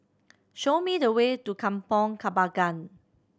show me the way to Kampong Kembangan